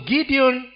Gideon